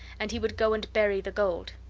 and he would go and bury the gold.